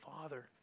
Father